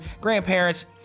grandparents